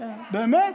באמת?